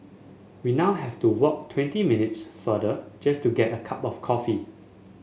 we now have to walk twenty minutes farther just to get a cup of coffee